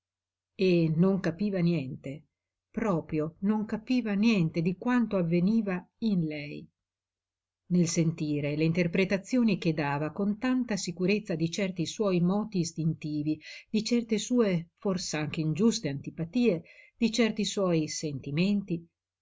e non capiva niente proprio non capiva niente di quanto avveniva in lei nel sentire le interpretazioni che dava con tanta sicurezza di certi suoi moti istintivi di certe sue fors'anche ingiuste antipatie di certi suoi sentimenti